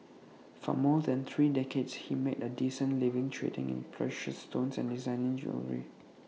for more than three decades he made A decent living trading in precious stones and designing jewellery